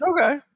okay